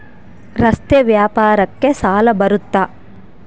ರಸ್ತೆ ವ್ಯಾಪಾರಕ್ಕ ಸಾಲ ಬರುತ್ತಾ?